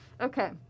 Okay